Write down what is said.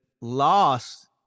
lost